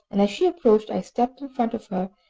and as she approached i stepped in front of her,